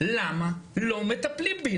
למה לא מטפלים בי?